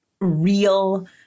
real